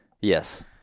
Yes